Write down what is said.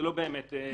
זה לא באמת יועיל.